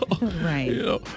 right